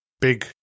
big